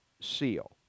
seal